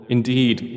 Indeed